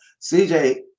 CJ